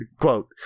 quote